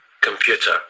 Computer